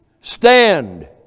Stand